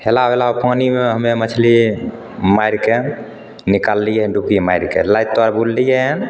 हेलऽ बला पानिमे हमे मछली मारिके निकाललिए डुबकी मारिके लैके घुरलिए हन